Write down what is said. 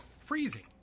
Freezing